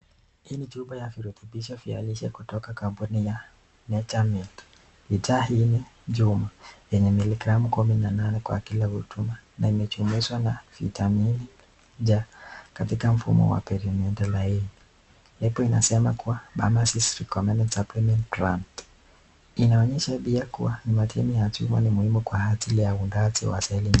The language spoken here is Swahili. Hii ni chupa ya virutubisho vya lishe kutoka kampuni ya NatureMade, bidhaa hii ni chuma yenye miligramu kumi na nane kwa kila huduma na imejumuishwa na vitamini c katika mfumo wa premende laini. Lebo inasema kuwa Pharmacists recommended supplement gram ,inaonyesha pia kuwa ni madini ya chuma muhimu kwa ajili ya uundaji wa seli.